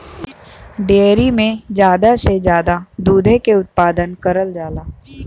dairy में जादा से जादा दुधे के उत्पादन करल जाला